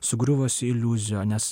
sugriuvusių iliuzijų nes